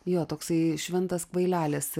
jo toksai šventas kvailelis